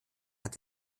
hat